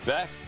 Back